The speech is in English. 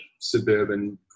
suburban